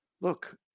Look